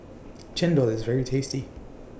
Chendol IS very tasty